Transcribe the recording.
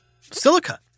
Silica